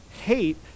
hate